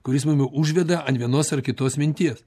kuris mane užveda ant vienos ar kitos minties